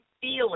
feeling